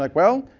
like well,